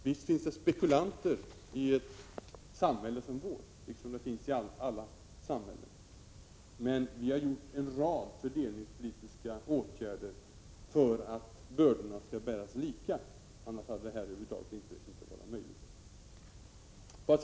Visst finns det spekulanter i ett samhälle som vårt, liksom i alla andra samhällen. Vi har emellertid vidtagit en rad fördelningspolitiska åtgärder för att bördorna skall bäras lika, annars skulle det här över huvud taget inte ha varit möjligt.